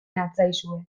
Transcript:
natzaizue